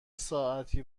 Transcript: ساعتی